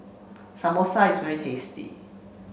Samosa is very tasty